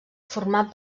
format